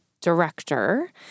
director